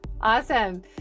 Awesome